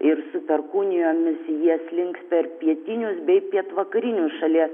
ir su perkūnijomis jie slinks per pietinius bei pietvakarinius šalies